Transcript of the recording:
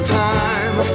time